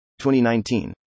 2019